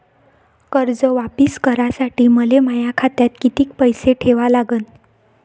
कर्ज वापिस करासाठी मले माया खात्यात कितीक पैसे ठेवा लागन?